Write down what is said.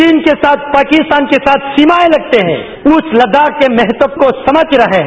चीन के साथ पाकिस्तान के साथ सीमाएं लगते हैं उस लद्दाख के महत्व को समझ रहे हैं